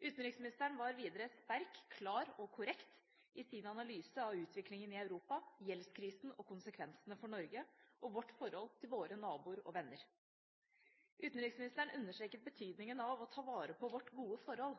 Utenriksministeren var videre sterk, klar og korrekt i sin analyse av utviklingen i Europa, gjeldskrisen og konsekvensene for Norge og vårt forhold til våre naboer og venner. Utenriksministeren understreket betydningen av å ta vare på vårt gode forhold.